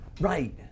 right